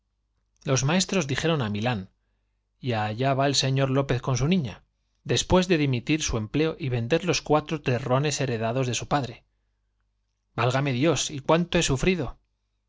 los maestros dijeron milán y á señor lópez con su niña después de dimitir su heredados de su empleo y vender los cuatro terrones padre i v álgame dios y cuánto he sufrido